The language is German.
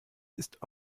ist